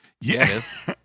Yes